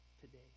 today